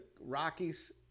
Rockies